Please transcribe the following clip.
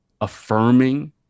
affirming